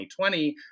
2020